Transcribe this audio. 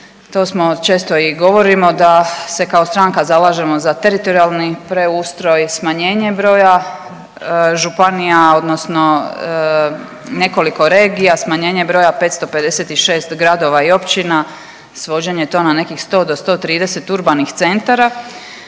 to smo često i govorimo da se kao stranka zalažemo za teritorijalni preustroj, smanjenje broja županija, odnosno nekoliko regija, smanjenje broja 556 gradova i općina, svođenje to na nekih 100 do 130 urbanih centara.